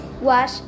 Wash